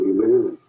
Amen